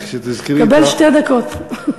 תקבל שתי דקות.